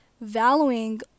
valuing